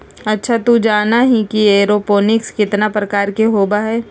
अच्छा तू जाना ही कि एरोपोनिक्स कितना प्रकार के होबा हई?